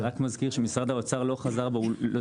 אני רק מזכיר שמשרד האוצר לא חזר בו.